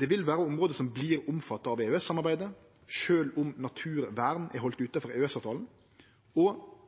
Det vil vere område som vert omfatta av EØS-samarbeidet, sjølv om naturvern er halde utanfor EØS-avtalen og